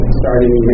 starting